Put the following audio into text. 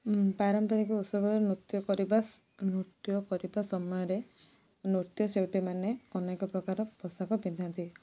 ପାରମ୍ପରିକ ଉତ୍ସବ ନୃତ୍ୟ ପରିବେଶ ନୃତ୍ୟ କରିବା ସମୟରେ ନୃତ୍ୟ ଶିଳ୍ପୀମାନେ ଅନେକ ପ୍ରକାର ପୋଷାକ ପିନ୍ଧନ୍ତି